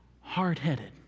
hard-headed